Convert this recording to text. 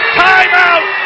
timeout